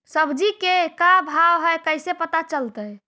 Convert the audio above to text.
सब्जी के का भाव है कैसे पता चलतै?